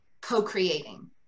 co-creating